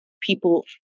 people